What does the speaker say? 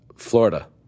Florida